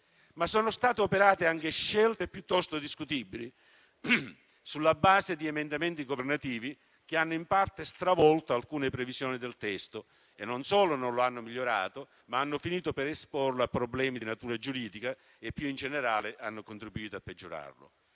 Ma sono state operate anche scelte piuttosto discutibili sulla base di emendamenti governativi che hanno in parte stravolto alcune previsioni del testo e non solo non lo hanno migliorato, ma hanno finito per esporlo a problemi di natura giuridica e, più in generale, hanno contribuito a peggiorarlo.